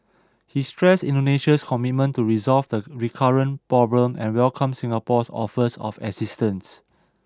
he stressed Indonesia's commitment to resolve the recurrent problem and welcomed Singapore's offers of assistance